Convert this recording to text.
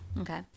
Okay